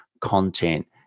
content